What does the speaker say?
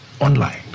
online